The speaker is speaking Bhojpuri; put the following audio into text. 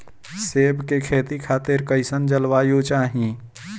सेब के खेती खातिर कइसन जलवायु चाही?